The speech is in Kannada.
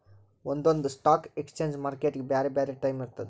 ಒಂದೊಂದ್ ಸ್ಟಾಕ್ ಎಕ್ಸ್ಚೇಂಜ್ ಮಾರ್ಕೆಟ್ಗ್ ಬ್ಯಾರೆ ಬ್ಯಾರೆ ಟೈಮ್ ಇರ್ತದ್